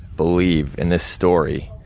believe in this story,